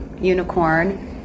unicorn